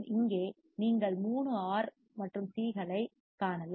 இங்கே நீங்கள் 3 ஆர் மற்றும் சி களைக் காணலாம்